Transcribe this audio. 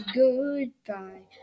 goodbye